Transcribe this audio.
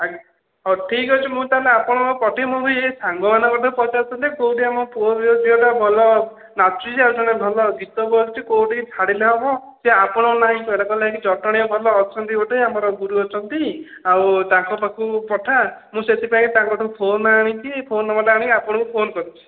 ଆଜ୍ଞା ହଉ ଠିକ୍ଅଛି ମୁଁ ତାହେଲେ ଆପଣଙ୍କ ପ୍ରତି ମୁ ଭି ସାଙ୍ଗମାନଙ୍କୁ ଠୁ ପଚାରୁଥିଲି ଯେ କେଉଁଠୁ ଆମ ପୁଅ ଝିଅ ଝିଅ ଟା ଭଲ ନାଚୁଛି ଆଉ ଜଣେ ଭଲ ଗୀତ ବଲୁଛି କେଉଁଟିକି ଛାଡ଼ିଲେ ହେବ ସେ ଆପଣଙ୍କ ନାଁ ହିଁ କହିଲେ କହିଲେ ଏଇଠି ଜଟଣୀରେ ଭଲ ଅଛନ୍ତି ଗୋଟେ ଆମର ଗୁରୁ ଅଛନ୍ତି ଆଉ ତାଙ୍କ ପାଖକୁ ପଠା ମୁଁ ସେଥିପାଇଁ ତାଙ୍କଠୁ ଫୋନ ଆଣିକି ଫୋନ ନମ୍ବର ଟା ଆଣିକି ଆପଣଙ୍କୁ ଫୋନ କରିଛି